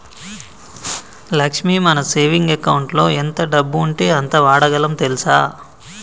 లక్ష్మి మన సేవింగ్ అకౌంటులో ఎంత డబ్బు ఉంటే అంత వాడగలం తెల్సా